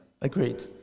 agreed